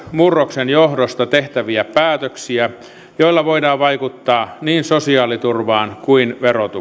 murroksen johdosta tehtäviä päätöksiä joilla voidaan vaikuttaa niin sosiaaliturvaan kuin